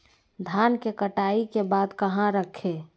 धान के कटाई के बाद कहा रखें?